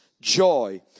joy